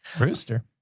Rooster